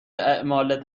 اعمال